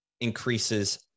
increases